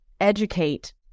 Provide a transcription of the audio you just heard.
educate